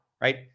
right